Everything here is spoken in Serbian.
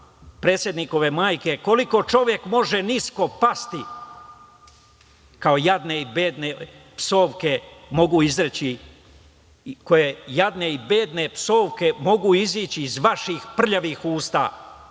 predsednikove majke koliko čovek može nisko pasti, koje jadne i bedne psovke mogu izići iz vaših prljavih usta